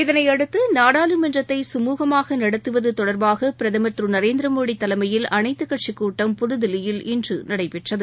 இதனையடுத்துநாடாளுமன்றத்தை சுமூகமாகநடத்துவதுதொடர்பாகபிரதமர் திரு நரேந்திரமோடிதலைமையில் அனைத்துக்கட்சிக் கூட்டம் புதுதில்லியில் இன்றுநடைபெற்றது